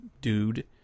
dude